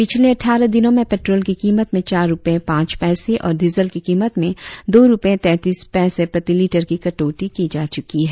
पिछले अटठारह दिनों में पेट्रोल की कीमत में चार रुपये पांच पैसे और डीजल की कीमत में दो रुपये तैंतीस पैसे प्रति लीटर की कटौती की जा चुकी है